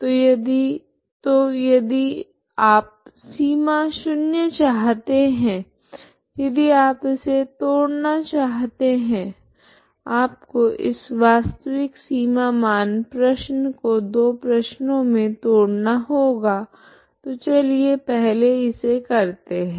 तो यदि आप सीमा शून्य चाहते है यदि आप इसे तोड़ना चाहते है आपको इस वास्तविक सीमा मान प्रश्न को दो प्रश्नों मे तोड़ना होगा तो चलिए पहले इसे करते है